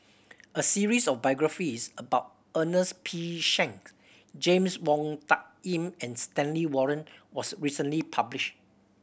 a series of biographies about Ernest P Shanks James Wong Tuck Yim and Stanley Warren was recently published